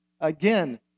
Again